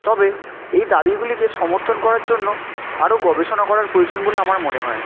তবে এই দাবিগুলিকে সমর্থন করার জন্য আরও গবেষণা করার প্রয়োজন বলে আমার মনে হয়